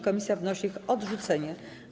Komisja wnosi o ich odrzucenie.